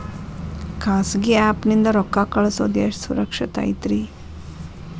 ಖಾಸಗಿ ಆ್ಯಪ್ ನಿಂದ ರೊಕ್ಕ ಕಳ್ಸೋದು ಎಷ್ಟ ಸುರಕ್ಷತಾ ಐತ್ರಿ?